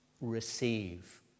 receive